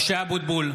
משה אבוטבול,